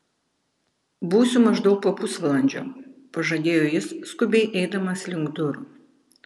būsiu maždaug po pusvalandžio pažadėjo jis skubiai eidamas link durų